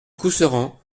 couserans